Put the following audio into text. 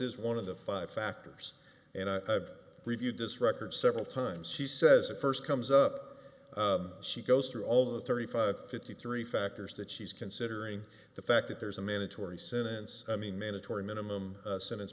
is one of the five factors and i've reviewed this record several times she says it first comes up she goes through all of the thirty five fifty three factors that she's considering the fact that there's a mandatory sentence i mean mandatory minimum sentence